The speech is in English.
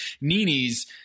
nini's